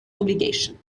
obligation